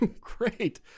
Great